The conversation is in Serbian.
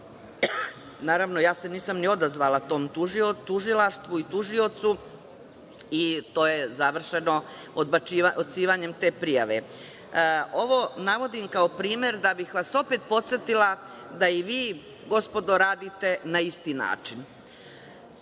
Naravno, ja se nisam ni odazvala tom Tužilaštvu i tužiocu, i to je završeno odbacivanjem te prijave. Ovo navodim kao primer da bih vas opet podsetila da i vi, gospodo, radite na isti način.